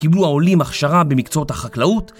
קיבלו העולים הכשרה במקצועות החקלאות